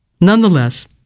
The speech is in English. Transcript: Nonetheless